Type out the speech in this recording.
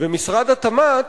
ומשרד התמ"ת,